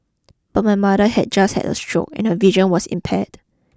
but my mother had just had a stroke and her vision was impaired